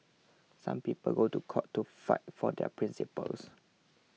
some people go to court to fight for their principles